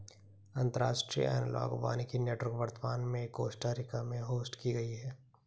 अंतर्राष्ट्रीय एनालॉग वानिकी नेटवर्क वर्तमान में कोस्टा रिका में होस्ट की गयी है